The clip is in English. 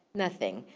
nothing,